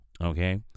Okay